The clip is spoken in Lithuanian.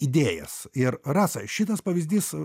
idėjas ir rasa šitas pavyzdys